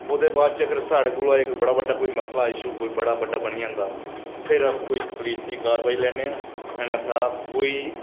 ओहदे बाद च अगर साढे कोल अगर बड़ा बड्डा कोई मसला इशयू कोई बडा बड्डा बनी जंदा फिर अस कोई पलीस दी कारबाई लैन्ने आं अन्यथा कोई